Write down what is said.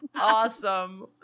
awesome